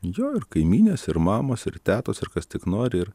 jo ir kaimynės ir mamos ir tetos ir kas tik nori ir